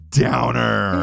downer